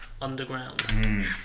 underground